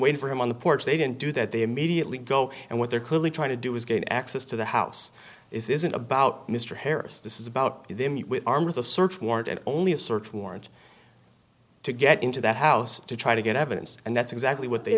wait for him on the porch they didn't do that they immediately go and what they're clearly trying to do is gain access to the house isn't about mr harris this is about them armed with a search warrant and only a search warrant to get into that house to try to get evidence and that's exactly what they